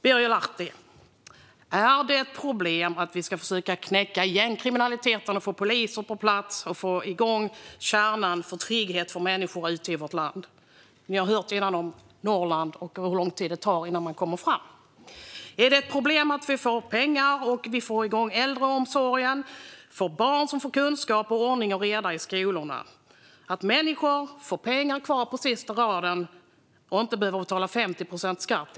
Birger Lahti, är det ett problem att vi ska försöka knäcka gängkriminaliteten, få poliser på plats och få igång kärnan för trygghet för människor ute i vårt land? Vi har ju hört hur lång tid det tar för polisen att komma fram uppe i Norrland. Är det ett problem att vi får pengar och får igång äldreomsorgen eller att barn får kunskap och ordning och reda i skolorna? Är det ett problem att människor får pengar kvar på sista raden och inte behöver betala 50 procent i skatt?